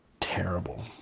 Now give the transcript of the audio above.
terrible